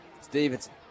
Stevenson